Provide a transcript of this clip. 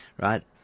right